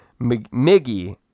Miggy